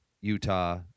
Utah